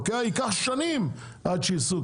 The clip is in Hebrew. ייקח שנים עד שיסעו.